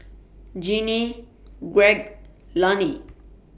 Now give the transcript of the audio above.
Ginny Greg Lani